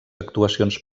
actuacions